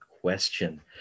question